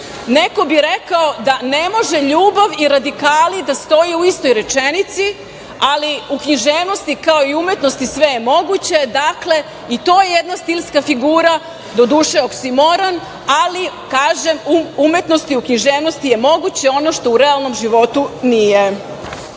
Neko bi rekao da ne može ljubav i radikali da stoje u istoj rečenici, ali u književnosti, kao i umetnosti sve je moguće. Dakle, i to je jedna stilska figura, doduše oksimoron, ali kažem, u umetnosti i književnosti je moguće ono što u realnom životu nije. Tako